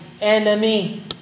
enemy